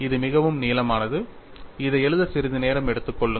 இது மிகவும் நீளமானது இதை எழுத சிறிது நேரம் எடுத்துக் கொள்ளுங்கள்